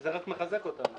זה רק מחזק אותם.